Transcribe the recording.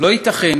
לא ייתכן